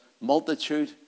multitude